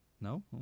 No